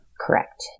Correct